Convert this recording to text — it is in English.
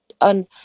on